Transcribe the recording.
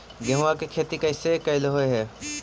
गेहूआ के खेती कैसे कैलहो हे?